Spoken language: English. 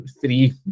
three